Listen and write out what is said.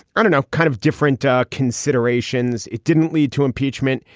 i don't know, kind of different ah considerations. it didn't lead to impeachment.